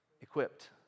equipped